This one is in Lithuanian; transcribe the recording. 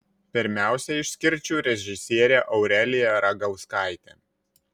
pirmiausia išskirčiau režisierę aureliją ragauskaitę